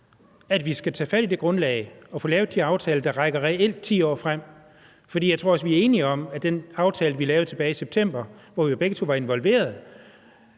at vi skal tage fat i det grundlag og få lavet de aftaler, der rækker reelt 10 år frem? For jeg tror også, vi er enige om, at den aftale, vi lavede tilbage i september, hvor vi begge to var involveret,